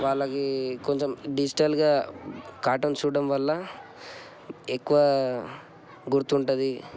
వాళ్ళకి ఇప్పుడు కొంచెం డిజిటల్గా కార్టూన్స్ చూడడం వల్ల ఎక్కువ గుర్తు ఉంటుంది